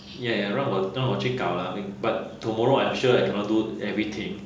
ya ya 让我让我去搞 lah I think but tomorrow I'm sure I cannot do everything